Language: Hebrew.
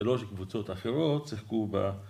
‫3 קבוצות אחרות, ‫שיחקו ב...